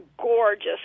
gorgeous